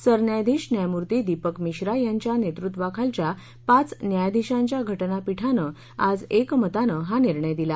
सरन्यायाधीश न्यायमूर्ती दीपक मिश्रा यांच्या नेतृत्वाखालच्या पाच न्यायाधीशांच्या घटनापीठानं आज एकमतानं हा निर्णय दिला